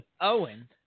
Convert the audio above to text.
Owen